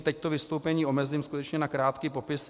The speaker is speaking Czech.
Teď to vystoupení omezím skutečně na krátký popis.